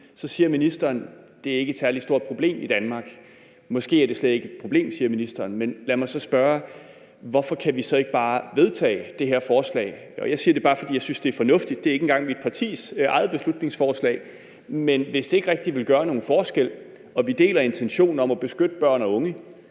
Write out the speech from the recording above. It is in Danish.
Så siger ministeren, at det ikke er et særlig stort problem i Danmark. Måske er det slet ikke et problem, siger ministeren. Men lad mig så spørge: Hvorfor kan vi så ikke bare vedtage det her forslag? Jeg siger det bare, fordi jeg synes, det er fornuftigt. Det er ikke engang mit partis eget beslutningsforslag, men hvis det ikke rigtig ville gøre nogen forskel og vi deler intentionen om at beskytte børn og unge,